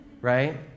right